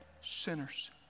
sinners